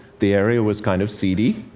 the area was kind of seedy,